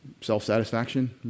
self-satisfaction